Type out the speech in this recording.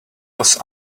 was